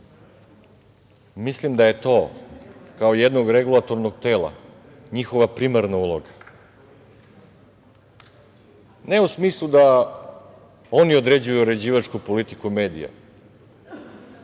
Mislim da je to, kao jednog regulatornog tela, njihova primarna uloga. Ne u smislu da oni određuju uređivačku politiku medija,